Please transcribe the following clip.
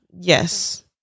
Yes